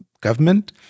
government